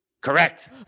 Correct